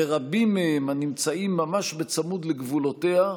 שרבים מהם נמצאים ממש צמוד לגבולותיה,